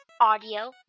audio